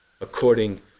according